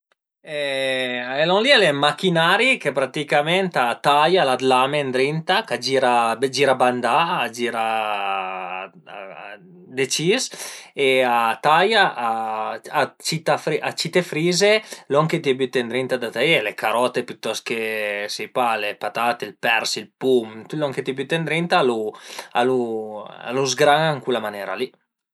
E lon li al e ën machinari che praticament a taia, al a dë lame ëndrinta ch'a gira a gira bandà a gira decis e a taia a cite frize lon che t'ie büte ëndrinta da taié: le carote pitost che sai pa le patate, ël persi, ël pum, tüt lon che t'ie büte ëndrinta a lu a lu zgrana ën cula manera li